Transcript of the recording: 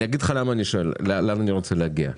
אני אגיד לך למה אני שואל, לאן אני רוצה להגיע.